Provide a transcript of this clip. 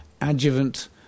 adjuvant